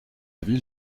ville